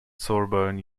sorbonne